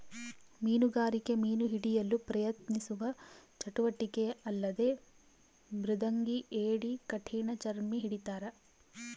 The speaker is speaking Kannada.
ಮೀನುಗಾರಿಕೆ ಮೀನು ಹಿಡಿಯಲು ಪ್ರಯತ್ನಿಸುವ ಚಟುವಟಿಕೆ ಅಲ್ಲದೆ ಮೃದಂಗಿ ಏಡಿ ಕಠಿಣಚರ್ಮಿ ಹಿಡಿತಾರ